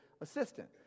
assistant